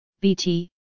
BT